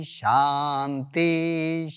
shanti